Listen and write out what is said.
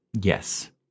yes